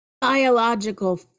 Biological